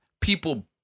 people